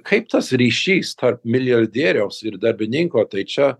kaip tas ryšys tarp milijardieriaus ir darbininko tai čia